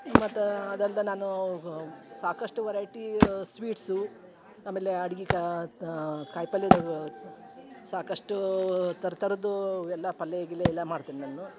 ಮತ್ತು ಅದು ಅಲ್ಲದೆ ನಾನು ಸಾಕಷ್ಟು ವೆರೈಟಿ ಸ್ವೀಟ್ಸು ಆಮೇಲೆ ಅಡ್ಗಿಗೆ ಕಾಯಿ ಪಲ್ಯದಾಗ ಸಾಕಷ್ಟು ಥರ ಥರದ್ದು ಎಲ್ಲ ಪಲ್ಯ ಗಿಲ್ಯ ಎಲ್ಲ ಮಾಡ್ತೀನಿ ನಾನು